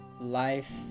life